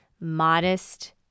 modest